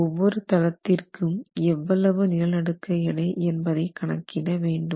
ஒவ்வொரு தளத்திற்கு எவ்வளவு நிலநடுக்க எடை என்பதை கணக்கிட வேண்டும்